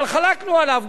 אבל חלקנו עליו,